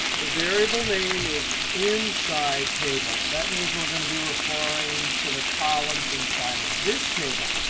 the variable name is inside table. that means we're going to be referring to the columns inside of this table.